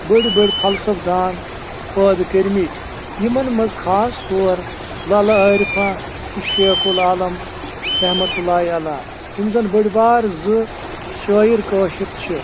بٔڑۍ بٔڑۍ فلسفہٕز دان پٲدٕ کٔرۍمٕتۍ یِمن منٛز خاص طور لَلہٕ عٲرفا تہٕ شیخُ العالم رجمتُ اللٰہِ علیٰ یِم زَن بٔڑۍ بارٕ زٕ شٲیِر کٲشِر چھِ